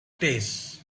tastes